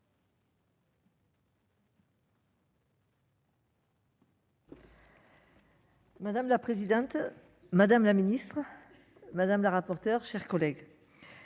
Madame la présidente, madame la ministre, madame la rapporteure chers collègues.